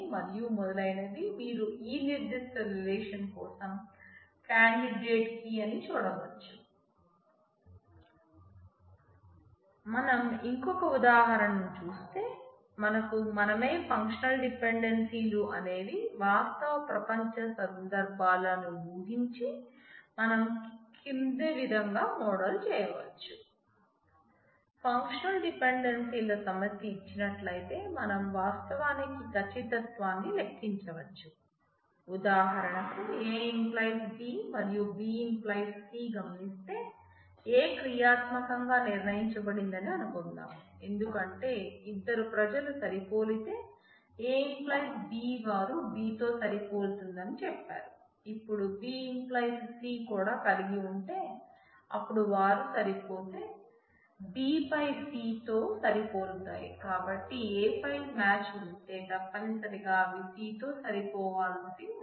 మనం ఇంకొక ఉదాహరణ ను చూస్తే మనకు మనమే ఫంక్షనల్ డిపెండెన్సీ లు అనేవి వాస్తవ ప్రపంచ సందర్భాలు అని ఊహించి మనం కింది విధంగా మోడల్ చేయవచ్చు